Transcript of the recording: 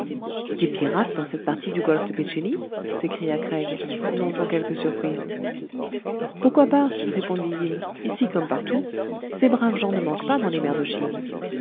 des pirates dans cette partie du golfe de pé tché li s'écria craig non sans quelque surprise pourquoi pas répondit yin ici comme partout ces braves gens ne manquent pas dans les mers de chine